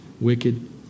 wicked